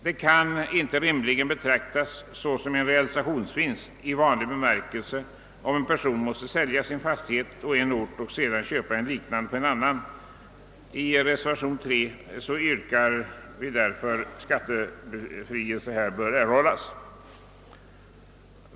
Det kan inte rimligen betraktas som en realisationsvinst i vanlig bemärkelse, om en person måste sälja sin fastighet på en ort för att sedan köpa en liknande på en annan. I reservation 3 yrkar vi därför på skattebefrielse i sådana fall.